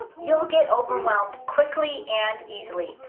you'll get overwhelmed quickly and easily.